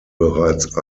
bereits